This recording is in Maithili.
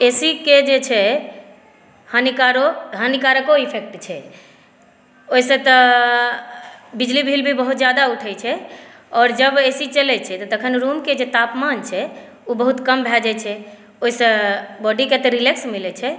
ए सीके जे छै हनिकारो हनिकारको इफ़ेक्ट छै ओहिसॅं तऽ बिजली बिल भी बहुत ज़्यादा उठै छै आओर जब ए सी चलै छै तखन रूमके जे तापमान छै ओ बहुत कम भए जाइ छै ओहिसॅं बॉडीक तऽ रिलैक्स मिलै छै